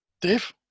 Dave